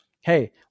Hey